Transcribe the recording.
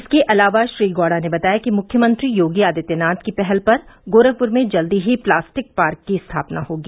इसके अलावा श्री गौड़ा ने बताया कि मुख्यमंत्री योगी आदित्यनाथ की पहल पर गोरखप्र में जल्द ही प्लास्टिक पार्क की स्थापना होगी